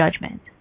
judgment